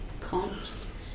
comps